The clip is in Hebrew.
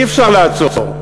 אי-אפשר לעצור.